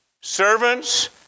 servants